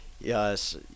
yes